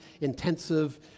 intensive